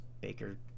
baker